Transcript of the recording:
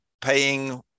paying